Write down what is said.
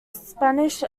spanish